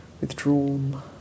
withdrawn